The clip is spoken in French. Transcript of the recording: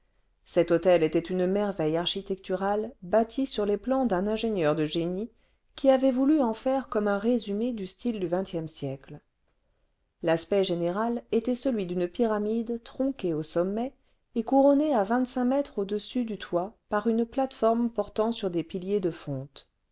cet hôtel était une merveille architecturale bâtie sur les plans d'un ingénieur de génie qui avait voulu en faire comme un résumé du style du xx siècle l'aspect général était celui d'une pyramide tronquée au sommet et couronnée à mètres au-dessus du toit par une plate-forme portant sur des piliers de fonte